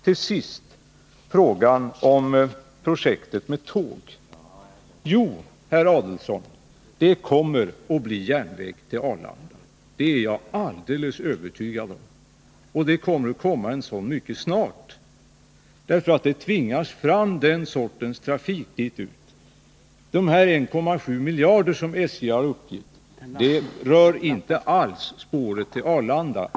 Till sist vill jag beträffande tågprojektet säga till herr Adelsohn: Jo, det kommer att bli järnväg till Arlanda — det är jag alldeles övertygad om. En sådan kommer att genomföras mycket snart, eftersom den trafik som det gäller kommer att tvingas fram. Den kostnad på 1,7 miljarder som SJ har uppgivit gäller inte alls bara spåret till Arlanda.